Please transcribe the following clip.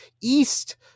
east